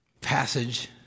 passage